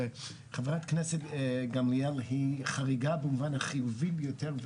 וחברת הכנסת גמליאל היא חריגה במובן החיובי ביותר,